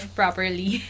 properly